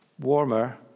warmer